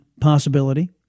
possibility